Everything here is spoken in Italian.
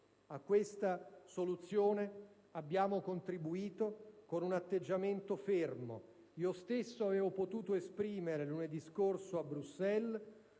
A questa soluzione abbiamo contribuito con un atteggiamento fermo. Io stesso avevo potuto esprimere, lunedì scorso a Bruxelles,